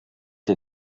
der